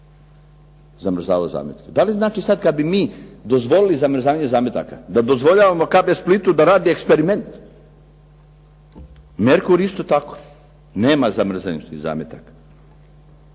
zamrzavao zametke. Da li znači kada bi mi dozvolili zamrzavanje zametaka, da dozvoljavamo KB Splitu da radi eksperiment? Merkur isto tako nema zamrznutih zametaka.